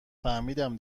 فهمیدم